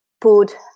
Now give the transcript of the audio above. put